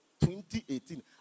2018